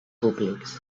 públics